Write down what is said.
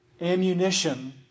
ammunition